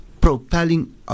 propelling